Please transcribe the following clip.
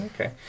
Okay